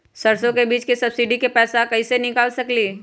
सरसों बीज के सब्सिडी के पैसा कईसे निकाल सकीले?